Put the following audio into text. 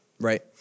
Right